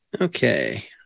Okay